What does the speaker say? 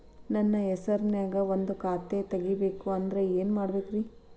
ನನ್ನ ಹೆಸರನ್ಯಾಗ ಒಂದು ಖಾತೆ ತೆಗಿಬೇಕ ಅಂದ್ರ ಏನ್ ಮಾಡಬೇಕ್ರಿ?